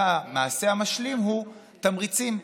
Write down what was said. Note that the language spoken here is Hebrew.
והמעשה המשלים הוא תמריצים,